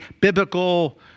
biblical